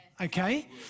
Okay